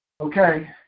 Okay